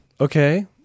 Okay